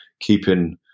keeping